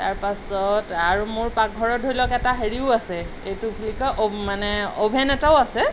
তাৰপাছত আৰু মোৰ পাকঘৰত ধৰি লওঁক এটা হেৰিও আছে এইটো কি কয় মানে অ'ভেন এটাও আছে